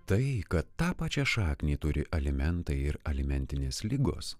tai kad tą pačią šaknį turi alimentai ir alimentinės ligos